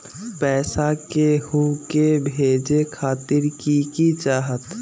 पैसा के हु के भेजे खातीर की की चाहत?